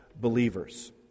believers